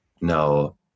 no